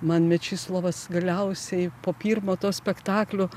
man mečislovas galiausiai po pirmo to spektaklio